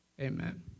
Amen